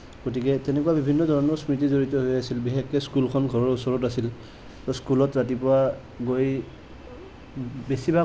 গতিকে তেনেকুৱা বিভিন্ন ধৰণ স্মৃতি হড়িত হৈ আছে বিশেষকে স্কুলখন ঘৰৰ ওচৰত আছিল স্কুলত ৰাতিপুৱা গৈ